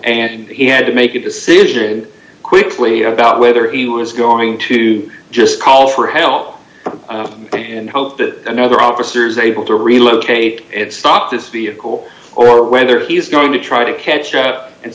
and he had to make a decision quickly about whether he was going to just call for help and hope that another officer able to relocate and stop this vehicle or whether he's going to try to catch up and